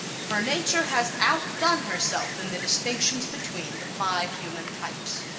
for nature has outdone herself in the distinctions between the five human types.